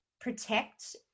protect